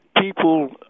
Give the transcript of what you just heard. people